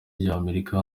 ry’amerika